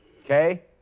okay